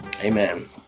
Amen